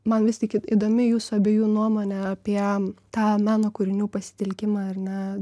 man vis tik įdomi jūsų abiejų nuomonė apie tą meno kūrinių pasitelkimą ar ne